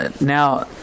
now